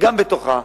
גם בתוכה,